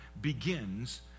begins